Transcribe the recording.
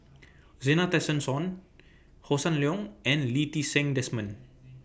Zena Tessensohn Hossan Leong and Lee Ti Seng Desmond